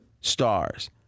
stars